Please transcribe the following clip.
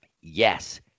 Yes